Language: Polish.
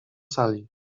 sali